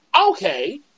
Okay